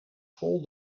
vol